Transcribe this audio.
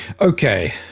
okay